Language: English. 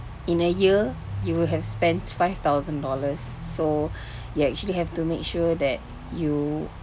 in a year you will have spent five thousand dollars so you actually have to make sure that you